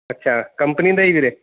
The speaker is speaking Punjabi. ਅੱਛਾ ਕੰਪਨੀ ਦਾ ਹੀ ਵੀਰੇ